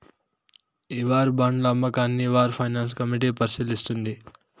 ఈ వార్ బాండ్ల అమ్మకాన్ని వార్ ఫైనాన్స్ కమిటీ పరిశీలిస్తుంది